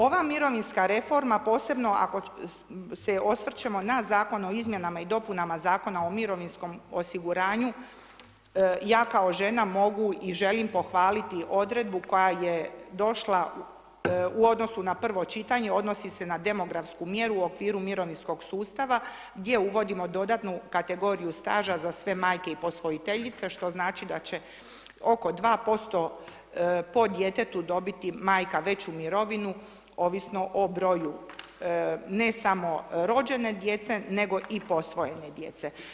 Ova mirovinska reforma posebno ako se osvrćemo na Zakon o izmjenama i dopunama Zakona o mirovinskom osiguranju, ja kao žena, mogu i želim pohvaliti odredbu koja je došla u odnosu na prvo čitanje, odnosi se na demografsku mjeru u okviru mirovinskog sustava, gdje uvodimo dodatnu kategoriju staža za sve majke i posvojitelje, što znači da će oko 2% po djetetu dobiti majka veću mirovinu ovisno o broju ne samo rođene djece nego i posvojene djece.